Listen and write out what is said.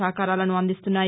సహకారాలను అందిస్తున్నాయి